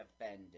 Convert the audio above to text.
offended